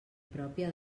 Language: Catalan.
pròpia